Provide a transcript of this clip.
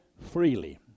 freely